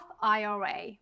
IRA